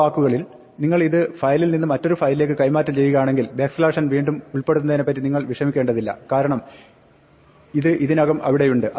മറ്റു വാക്കുകളിൽ നിങ്ങൾ ഇത് ഒരു ഫയലിൽ നിന്ന് മറ്റൊരു ഫയലിലേക്ക് കൈമാറ്റം ചെയ്യുകയാണെങ്കിൽ n വീണ്ടും ഉൾപ്പെടുത്തുന്നതിനെപ്പറ്റി നിങ്ങൾ വിഷമിക്കേണ്ടതില്ല കാരണം ഇത് ഇതിനകം അവിടെയുണ്ട്